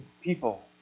people